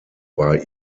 war